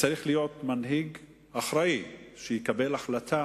צריך להיות מנהיג אחראי, שיקבל החלטה